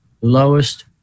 lowest